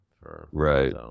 Right